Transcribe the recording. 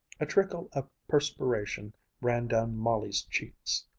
a trickle of perspiration ran down molly's cheeks.